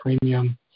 premium